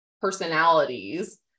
personalities